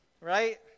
right